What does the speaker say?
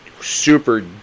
super